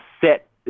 set